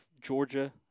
Georgia